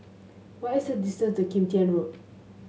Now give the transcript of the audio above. what is the distance to Kim Tian Road